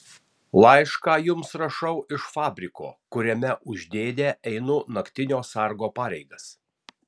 laišką jums rašau iš fabriko kuriame už dėdę einu naktinio sargo pareigas